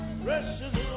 precious